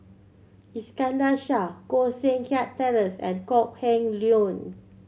Iskandar Shah Koh Seng Kiat Terence and Kok Heng Leun